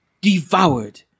devoured